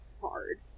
hard